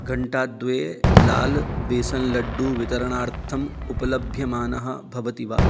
घण्टाद्वये लाल् बेसन् लड्डू वितरणार्थम् उपलभ्यमानः भवति वा